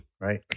Right